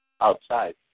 outside